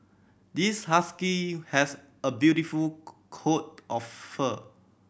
this husky has a beautiful coat of fur